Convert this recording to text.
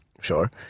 sure